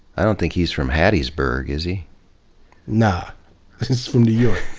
i don't think he's from hattiesburg, is he. nah. he's from new york.